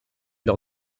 leur